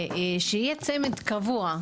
ושיהיה צמד קבוע.